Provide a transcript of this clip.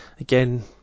again